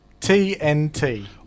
TNT